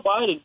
biden